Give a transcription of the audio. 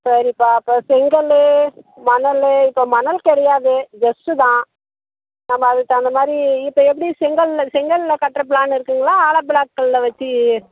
சரிப்பா அப்போ செங்கல் மணல் இப்போ மணல் கிடையாது ஜெஷ்ஷுதான் நம்ம அதுக்கு தகுந்த மாதிரி இப்போ எப்படி செங்கல்லில் செங்கல்லில் கட்டுற ப்ளான் இருக்குதுங்களா ஆலப்பிளாக் கல்லை வெச்சி